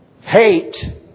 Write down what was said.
Hate